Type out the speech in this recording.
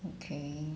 okay